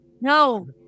No